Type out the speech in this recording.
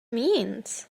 means